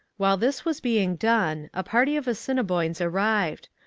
while this was being done, a party of assiniboines arrived.